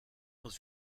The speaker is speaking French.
dans